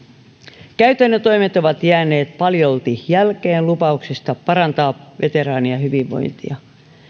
jo vuosikymmeniä käytännön toimet ovat jääneet paljolti jälkeen lupauksista parantaa veteraanien hyvinvointia